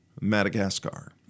Madagascar